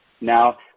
Now